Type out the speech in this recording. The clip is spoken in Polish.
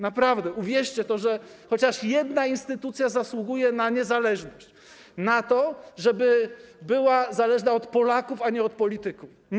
Naprawdę, uwierzcie w to, że chociaż jedna instytucja zasługuje na niezależność, na to, żeby być zależną od Polaków, a nie od polityków.